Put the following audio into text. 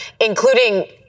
including